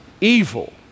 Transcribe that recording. evil